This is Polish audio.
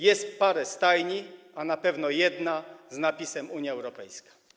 Jest parę stajni, a na pewno jedna z napisem Unia Europejska.